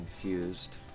confused